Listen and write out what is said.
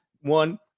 one